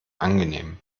angenehm